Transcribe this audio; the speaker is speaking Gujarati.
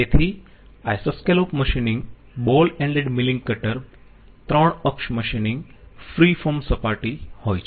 તેથી isoscallop machining ball ended milling cutter 3 અક્ષ મશીન ફ્રી ફોર્મ સપાટી હોય છે